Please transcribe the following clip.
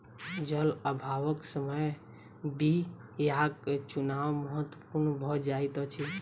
जल अभावक समय बीयाक चुनाव महत्पूर्ण भ जाइत अछि